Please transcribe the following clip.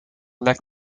lekt